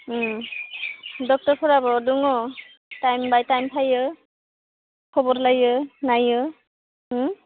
ड'क्टरफोराबो दङ time by time फायो खबर लायो नायो होम